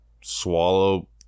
swallow